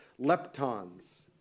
leptons